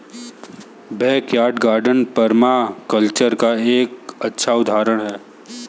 backyard garden permaculture का एक अच्छा उदाहरण हैं